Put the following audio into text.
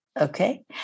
Okay